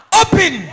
open